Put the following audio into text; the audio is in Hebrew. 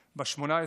נסגר.